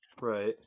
Right